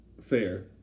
Fair